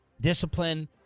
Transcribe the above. Discipline